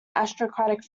aristocratic